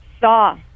saw